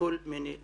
בכל מיני דרכים.